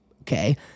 okay